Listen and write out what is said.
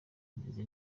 meze